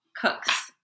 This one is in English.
cooks